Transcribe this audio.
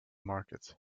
market